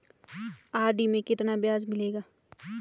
RD में कितना ब्याज मिलेगा?